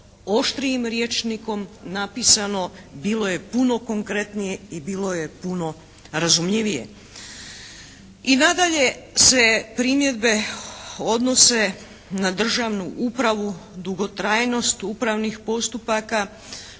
oštrijim rječnikom napisano. Bilo je puno konkretnije i bilo je puno razumljivije. I nadalje se primjedbe odnose na državnu upravu, dugotrajnost upravnih postupaka